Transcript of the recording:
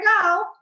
go